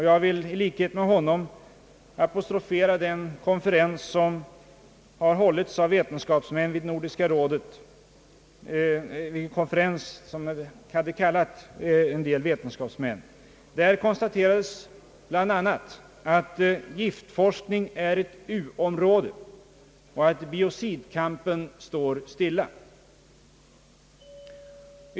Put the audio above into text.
Jag vill i likhet med honom apostrofera den konferens, som hållits i Nordiska rådets regi. Där konstaterades bl.a. att giftforskningen är ett u-område och att biocidkampen står stilla.